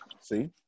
see